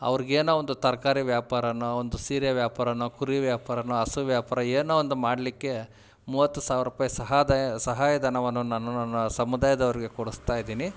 ಅವ್ರಿಗೆ ಏನೋ ಒಂದು ತರಕಾರಿ ವ್ಯಾಪಾರನೋ ಒಂದು ಸೀರೆ ವ್ಯಾಪಾರನೋ ಕುರಿ ವ್ಯಾಪಾರನೋ ಹಸು ವ್ಯಾಪಾರ ಏನೋ ಒಂದು ಮಾಡಲಿಕ್ಕೆ ಮೂವತ್ತು ಸಾವಿರ ರುಪಾಯಿ ಸಹಾ ದಯ್ ಸಹಾಯ ಧನವನ್ನು ನಾನು ನನ್ನ ಸಮುದಾಯದವ್ರಿಗೆ ಕೊಡಿಸ್ತ ಇದೀನಿ